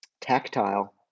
tactile